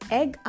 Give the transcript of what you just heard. egg